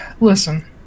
listen